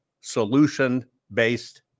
solution-based